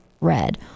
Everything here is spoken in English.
red